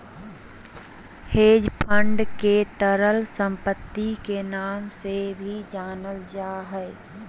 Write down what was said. hedge fund के तरल सम्पत्ति के नाम से भी जानल जा हय